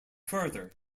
further